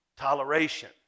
toleration